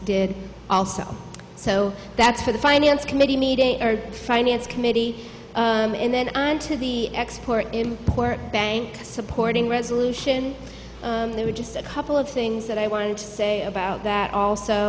did also so that's for the finance committee meeting our finance committee and then add to the export import bank supporting resolution there were just a couple of things that i wanted to say about that also